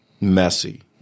messy